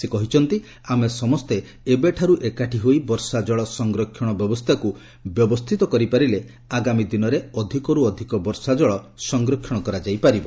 ସେ କହିଛନ୍ତି ଆମେ ସମସ୍ତେ ଏବେଠାରୁ ଏକାଠି ହୋଇ ବର୍ଷାଚ୍ଚଳ ସଂରକ୍ଷଣ ବ୍ୟବସ୍ଥାକୁ ବ୍ୟବସ୍ଥିତ କରିପାରିଲେ ଆଗାମୀ ଦିନରେ ଅଧିକରୁ ଅଧିକ ବର୍ଷା ଜଳ ସଂରକ୍ଷଣ କରାଯାଇପରିବ